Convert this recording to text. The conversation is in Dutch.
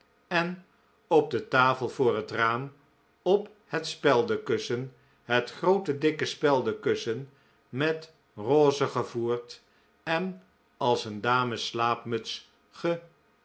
en op de tafel voor het raam op het speldenkussen het groote dikke speldenkussen met rose gevoerd en als een dames slaapmuts gekeperd